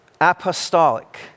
apostolic